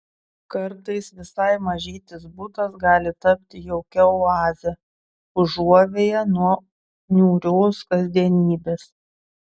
kartais visai mažytis butas gali tapti jaukia oaze užuovėja nuo niūrios kasdienybės